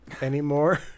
anymore